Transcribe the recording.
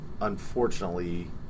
unfortunately